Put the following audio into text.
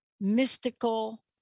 mystical